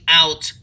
out